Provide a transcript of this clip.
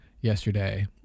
yesterday